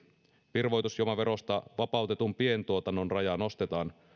virvoitusjuomaverosta vapautetun pientuotannon raja nostetaan